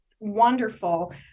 wonderful